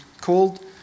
called